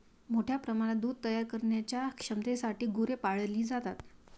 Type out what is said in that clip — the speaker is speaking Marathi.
मोठ्या प्रमाणात दूध तयार करण्याच्या क्षमतेसाठी गुरे पाळली जातात